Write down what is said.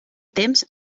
temps